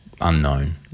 unknown